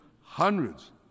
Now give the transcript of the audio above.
hundreds